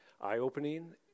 eye-opening